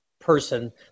person